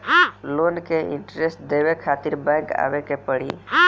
Loan के interest देवे खातिर बैंक आवे के पड़ी?